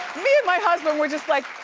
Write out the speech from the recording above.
me and my husband were just like,